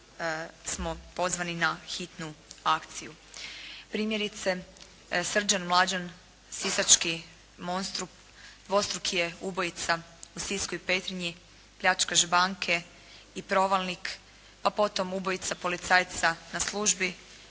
smo pozvani na hitnu akciju. Primjerice Srđan Mlađan, sisački monstrum, dvostruki je ubojica u Sisku i Petrinji, pljačkaš banke i provalnik, a potom ubojica policajca na službi,